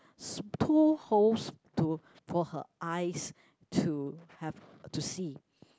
two holes to for her eyes to have to see